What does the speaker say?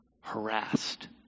harassed